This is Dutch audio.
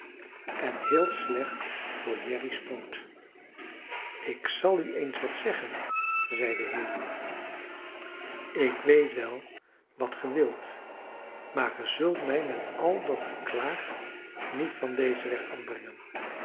en heel slecht voor jerry's poot ik zal u eens wat zeggen zeide haley ik weet wel wat ge wilt maar ge zult mij met al dat geklaag niet van dezen weg afbrengen